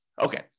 Okay